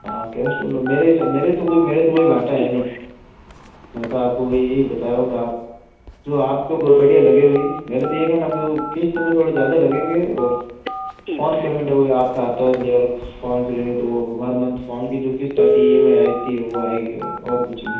हाँ कैश ले लो मेरे हिसाब मेरे तो कोई मेरे तो कोई घाटा हैं नहीं में तो आपको वही यही बता रहा हूं कि आप जो आपको बढ़िया लगे भई मेरे तो ये कहना कि वो किस्त में थोड़ा ज़्यादा लगेंगे और ऑन पेमेंट अगर आपका आता है तो लेजा लो फॉर्म फिलिंग है तो वो पर मंथ फॉर्म की जो किस्त आती है ई एम आई आती है वो आएगी और कुछ नहीं